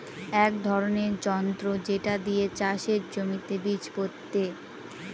এক ধরনের যন্ত্র যেটা দিয়ে চাষের জমিতে বীজ পোতে